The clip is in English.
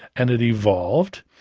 and it evolved,